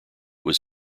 was